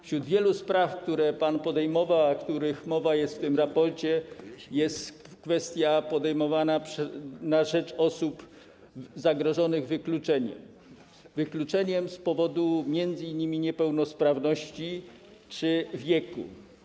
Wśród wielu spraw, które pan podejmował, a o których mowa jest w tym raporcie, jest kwestia podejmowana na rzecz osób zagrożonych wykluczeniem - wykluczeniem z powodu m.in. niepełnosprawności czy wieku.